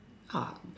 hard